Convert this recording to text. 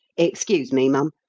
excuse me, mum.